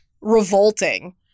revolting